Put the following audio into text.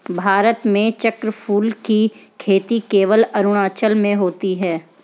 भारत में चक्रफूल की खेती केवल अरुणाचल में होती है